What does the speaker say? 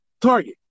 Target